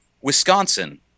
Wisconsin